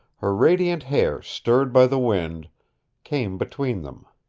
her radiant hair stirred by the wind came between them.